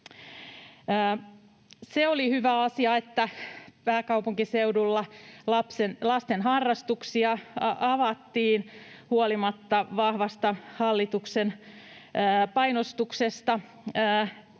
Oli hyvä asia, että pääkaupunkiseudulla lasten harrastuksia avattiin huolimatta vahvasta hallituksen painostuksesta.